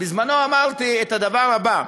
בזמני אמרתי את הדבר הבא: